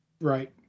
Right